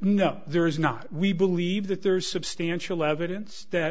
no there is not we believe that there is substantial evidence that